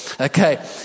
Okay